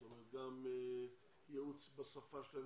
זאת אומרת גם ייעוץ בשפה שלהם,